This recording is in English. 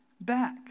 back